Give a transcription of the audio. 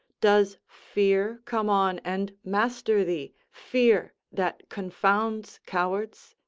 does fear come on and master thee, fear, that confounds cowards?